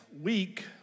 week